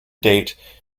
date